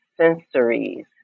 sensories